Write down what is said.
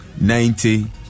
ninety